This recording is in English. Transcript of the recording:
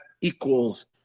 equals